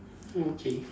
okay